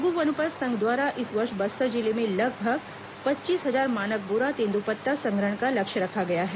लघु वनोपज संघ द्वारा इस वर्ष बस्तर जिले में लगभग पच्चीस हजार मानक बोरा तेंदूपत्ता संग्रहण का लक्ष्य रखा गया है